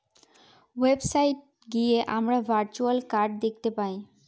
website গিয়ে আমরা virtual card দেখতে পাই